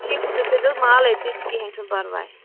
ٹھیٖک چھُ تُہۍ تھٲیزیو مال أتی تہٕ کِہینۍ چھُنہٕ پَرواے